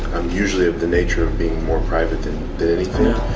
usually of the nature of being more private than anything,